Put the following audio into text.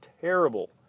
terrible